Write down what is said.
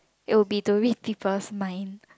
it will be to read people's mind